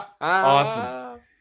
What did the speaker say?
Awesome